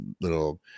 little